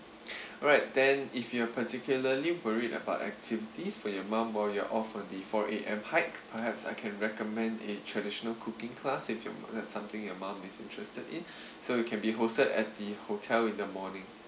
alright then if you are particularly worried about activities for your mum while you are all for the four A_M hike perhaps I can recommend a traditional cooking class with your mother something your mum is interested in so you can be hosted at the hotel in the morning